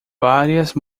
várias